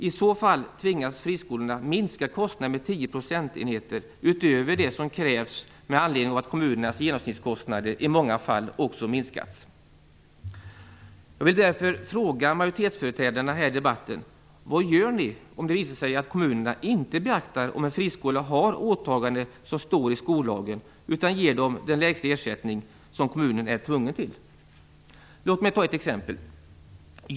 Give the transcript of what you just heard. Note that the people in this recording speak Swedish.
I så fall tvingas friskolorna att minska kostnaderna med 10 procentenheter utöver det som krävs med anledning av att kommunernas genomsnittskostnader i många fall också minskats. Låt mig ta ett exempel.